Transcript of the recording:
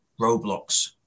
Roblox